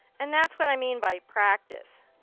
and that's what i mean by practice.